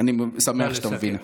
אני שמח שאתה מבין.